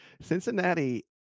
Cincinnati